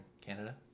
canada